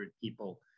people